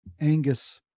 angus